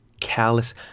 callous